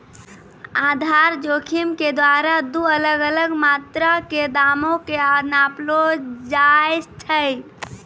आधार जोखिम के द्वारा दु अलग अलग मात्रा के दामो के नापलो जाय छै